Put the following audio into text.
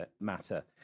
matter